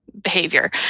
behavior